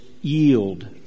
yield